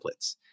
templates